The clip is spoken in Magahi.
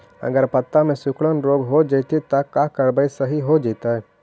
अगर पत्ता में सिकुड़न रोग हो जैतै त का करबै त सहि हो जैतै?